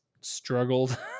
struggled